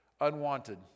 unwanted